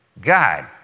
God